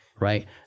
Right